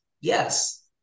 Yes